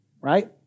right